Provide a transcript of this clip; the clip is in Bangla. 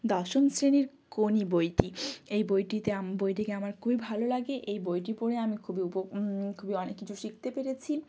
দশম শ্রেণীর কোনি বইটি এই বইটিতে আম বইটিকে আমার খুবই ভালো লাগে এই বইটি পড়ে আমি খুবই উপক খুবই অনেক কিছু শিখতে পেরেছি